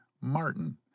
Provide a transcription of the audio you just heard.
Martin